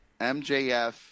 MJF